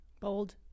Bold